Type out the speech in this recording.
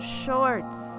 shorts